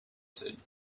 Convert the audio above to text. said